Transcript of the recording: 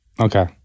Okay